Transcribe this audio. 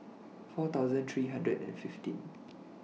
four thousand three hundred and fifteen